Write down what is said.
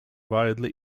widely